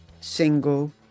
single